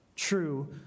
true